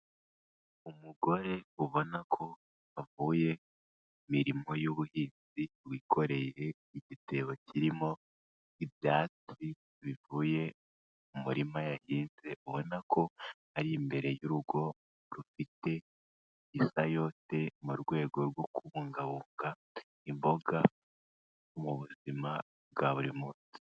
Umugore ubona ko avuye mu mirimo y'ubuhinzi wikoreye igitebo kirimo ibyatsi bivuye mu murima yahinze, ubona ko ari imbere y'urugo rufite ishayote mu rwego rwo kubungabunga imboga mu buzima bwa buri munsi.